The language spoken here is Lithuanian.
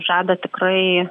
žada tikrai